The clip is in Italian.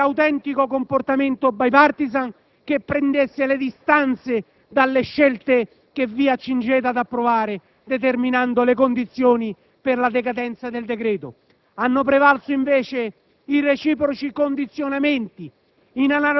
un vero autentico comportamento *bipartisan* che prendesse le distanze dalle scelte che vi accingete ad approvare, determinando le condizioni per la decadenza del decreto. Hanno prevalso, invece, i reciproci condizionamenti